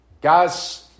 Guys